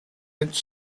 its